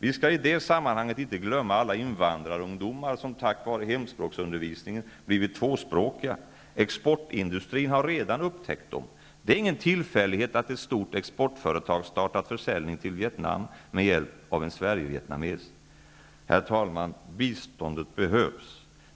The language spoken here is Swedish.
Vi skall i det sammanhanget inte glömma alla invandrarungdomar som tack vare hemspråksundervisningen blivit tvåspråkiga. Exportindustrin har redan upptäckt dem. Det är ingen tillfällighet att ett stort exportföretag startat försäljning till Vietnamn med hjälp av en sverigevietnames. Biståndet behövs!